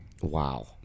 Wow